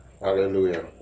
hallelujah